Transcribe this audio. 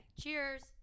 Cheers